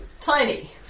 tiny